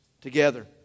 together